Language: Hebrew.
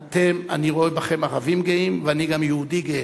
אני רואה בכם ערבים גאים ואני גם יהודי גאה,